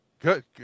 Good